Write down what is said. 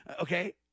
Okay